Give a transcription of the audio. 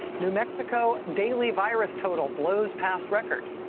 new mexico daily virus total blows past record,